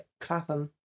Clapham